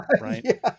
Right